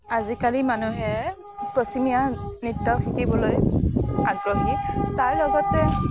আজিকালি মানুহে পশ্চিমীয়া নৃত্য শিকিবলৈ আগ্ৰহী তাৰ লগতে